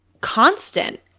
constant